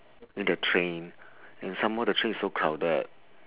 in the train and some more the train is so crowded